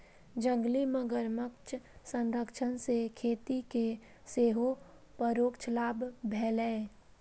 जंगली मगरमच्छ संरक्षण सं खेती कें सेहो परोक्ष लाभ भेलैए